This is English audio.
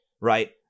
right